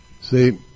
See